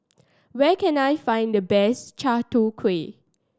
where can I find the best Chai Tow Kuay